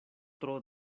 tro